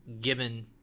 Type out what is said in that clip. given